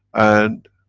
and